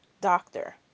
Doctor